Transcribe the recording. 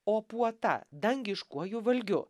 o puota dangiškuoju valgiu